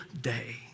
day